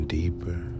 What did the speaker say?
deeper